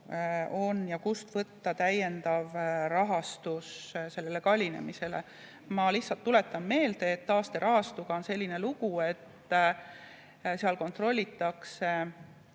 on ja kust võtta täiendav rahastus. Ma lihtsalt tuletan meelde, et taasterahastuga on selline lugu, et seal kontrollitakse